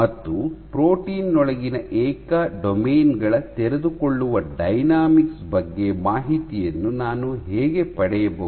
ಮತ್ತು ಪ್ರೋಟೀನ್ ನೊಳಗಿನ ಏಕ ಡೊಮೇನ್ ಗಳ ತೆರೆದುಕೊಳ್ಳುವ ಡೈನಾಮಿಕ್ಸ್ ಬಗ್ಗೆ ಮಾಹಿತಿಯನ್ನು ನಾನು ಹೇಗೆ ಪಡೆಯಬಹುದು